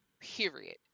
period